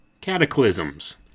Cataclysms